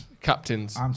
Captains